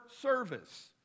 service